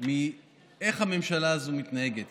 איך הממשלה הזאת מתנהגת.